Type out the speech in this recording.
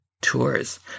tours